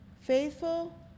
Faithful